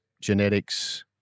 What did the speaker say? genetics